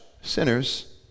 sinners